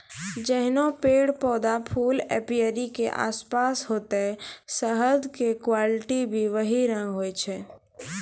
जैहनो पेड़, पौधा, फूल एपीयरी के आसपास होतै शहद के क्वालिटी भी वही रंग होय छै